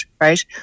right